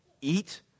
eat